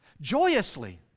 Joyously